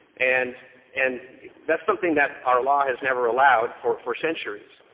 and and that's something that our law has never allowed for for centuries.